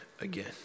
again